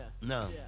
No